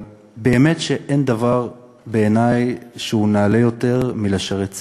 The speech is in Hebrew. אבל באמת שאין בעיני דבר נעלה יותר מלשרת ציבור.